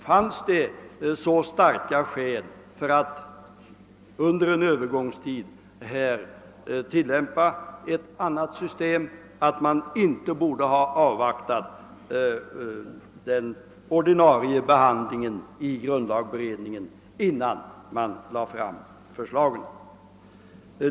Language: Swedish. Finns det så starka skäl för att under en övergångstid tillämpa ett annat system, att man inte borde avvakta den ordinarie behandlingen i grundlagberedningen?